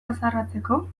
haserretzeko